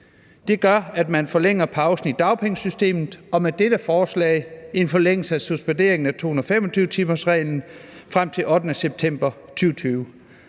Det gør, at man forlænger pausen i dagpengesystemet, og med dette forslag sker der en forlængelse af suspenderingen af 225-timersreglen frem til den 8. september 2020.